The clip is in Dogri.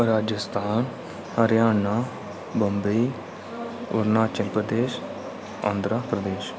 राजस्थान हरियाणा मुंबई अरुणाचल प्रदेश आंध्र प्रदेश